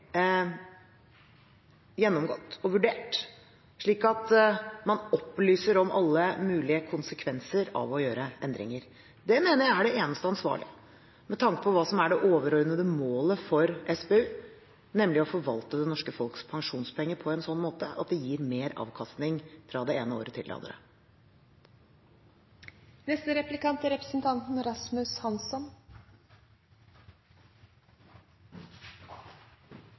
gjennomgått og vurdert, slik at man opplyser om alle mulige konsekvenser av å gjøre endringer. Det mener jeg er det eneste ansvarlige med tanke på hva som er det overordnede målet for SPU, nemlig å forvalte det norske folks pensjonspenger på en slik måte at det gir mer avkastning fra det ene året til det andre.